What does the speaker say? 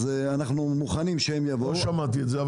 אנחנו מוכנים שהם יבואו -- לא שמעתי את זה.